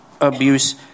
abuse